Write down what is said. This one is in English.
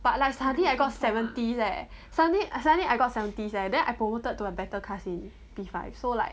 but like suddenly I got seventy leh suddenly I suddenly I got seventies leh then I promoted to a better class in P five so like